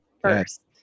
first